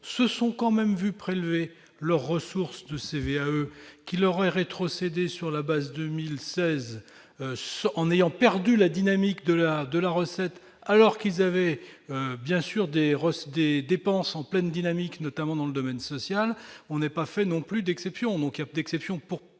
ce sont quand même vu prélever leurs ressources de qu'il l'aurait rétrocédé sur la base 2016 en ayant perdu la dynamique de la de la recette, alors qu'ils avaient bien sûr des recettes des dépenses en pleine dynamique, notamment dans le domaine social, on n'est pas fait non plus d'exception, donc d'exception pour